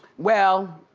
well,